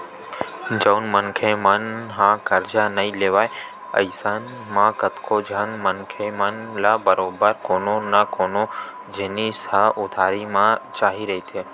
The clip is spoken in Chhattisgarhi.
जउन मनखे मन ह करजा नइ लेवय अइसन म कतको झन मनखे मन ल बरोबर कोनो न कोनो जिनिस ह उधारी म चाही रहिथे